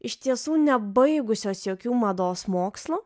iš tiesų nebaigusios jokių mados mokslų